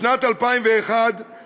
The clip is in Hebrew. בשנת 2001 טל,